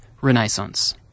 Renaissance